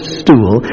stool